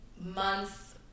month